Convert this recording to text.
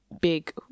big